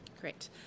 Great